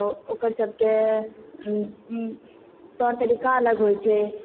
आओर ओकर सबके तौर तरीका अलग होइ छै